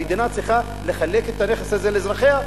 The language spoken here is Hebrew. המדינה צריכה לחלק את הנכס הזה לאזרחיה,